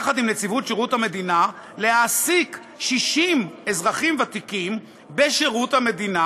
יחד עם נציבות שירות המדינה: להעסיק 60 אזרחים ותיקים בשירות המדינה,